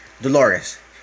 Dolores